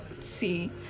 see